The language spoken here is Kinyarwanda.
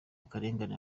akarengane